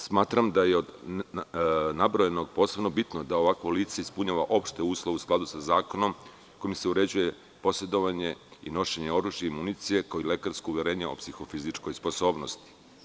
Smatram da je od nabrojanog posebno bitno da ovakvo lice ispunjava opšte uslove u skladu sa zakonom kojim se uređuje posedovanje i nošenje oružja i municije, kao i lekarsko uverenje o psihofizičkoj sposobnosti.